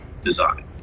design